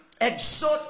Exhort